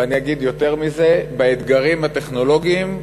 ואני אגיד יותר מזה: באתגרים הטכנולוגיים,